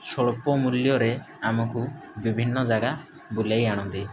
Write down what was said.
ସ୍ୱଳ୍ପ ମୂଲ୍ୟରେ ଆମକୁ ବିଭିନ୍ନ ଜାଗା ବୁଲେଇ ଆଣନ୍ତି